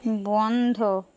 বন্ধ